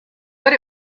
but